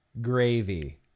gravy